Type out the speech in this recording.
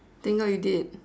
thank God you did